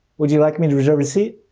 would you like me to reserve a seat?